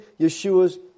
Yeshua's